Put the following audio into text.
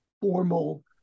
formal